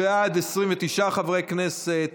בעד, 29 חברי כנסת,